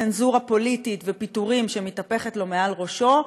צנזורה פוליטית ופיטורים שמתהפכת לו מעל ראשו,